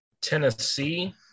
Tennessee